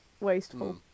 wasteful